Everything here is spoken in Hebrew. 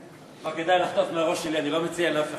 לא כדאי לחטוף מהראש שלי, אני לא מציע לאף אחד.